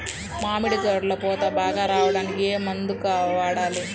మామిడి తోటలో పూత బాగా రావడానికి ఏ మందు వాడాలి?